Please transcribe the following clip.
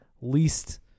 least